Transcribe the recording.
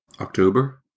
October